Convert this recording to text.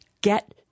Get